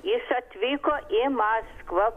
jis atvyko į maskvą